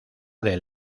del